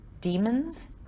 demons